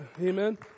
Amen